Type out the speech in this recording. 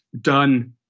done